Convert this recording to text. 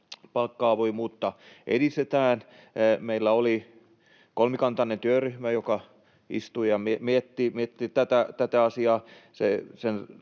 palkka-avoimuutta edistetään. Meillä oli kolmikantainen työryhmä, joka istui ja mietti tätä asiaa.